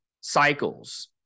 cycles